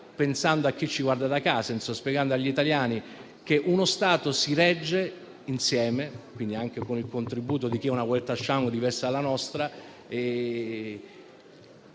pensando a chi ci guarda da casa, spiegando agli italiani che uno Stato si regge insieme e, quindi, anche con il contributo di chi ha una *Weltanschauung* diversa dalla nostra.